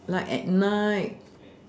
like at night